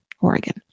Oregon